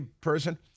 person